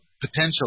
potential